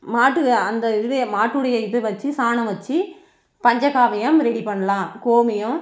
மாட்டுக்கு அந்த இதுவே மாட்டுடைய இதை வச்சு சாணம் வச்சி பஞ்சகாவியம் ரெடி பண்ணலாம் கோமியம்